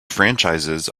franchises